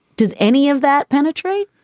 does any of that penetrate?